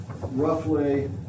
roughly